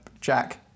Jack